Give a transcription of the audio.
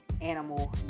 animal